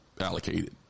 allocated